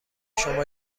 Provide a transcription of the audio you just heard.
شما